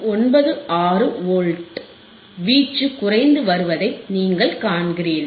96 volts வீச்சு குறைந்து வருவதை நீங்கள் காண்கிறீர்கள்